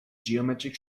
geometric